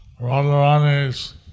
Radharani's